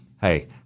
Hey